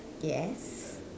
yes